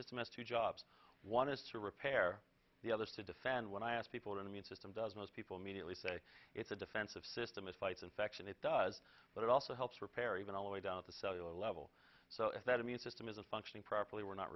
system is two jobs one is to repair the others to defend when i ask people to meet system does most people immediately say it's a defensive system is fights infection it does but it also helps repair even all the way down at the cellular level so if that immune system isn't functioning properly we're not